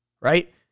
right